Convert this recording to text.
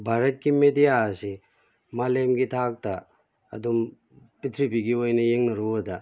ꯚꯥꯔꯠꯀꯤ ꯃꯦꯗꯤꯌꯥ ꯑꯁꯤ ꯃꯥꯂꯦꯝꯒꯤ ꯊꯥꯛꯇ ꯑꯗꯨꯝ ꯄ꯭ꯔꯤꯊꯤꯕꯤꯒꯤ ꯑꯣꯏꯅ ꯌꯦꯡꯅꯔꯨꯕꯗ